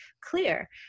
clear